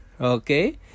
okay